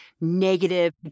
negative